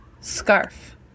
scarf